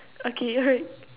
okay